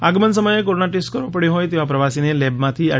આગમન સમયે corona test કરવો પડ્યો હોય તેવા પ્રવાસીને લેબમાંથી આર